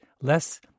less